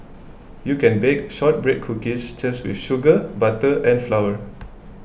you can bake Shortbread Cookies just with sugar butter and flour